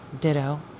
Ditto